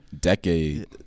Decade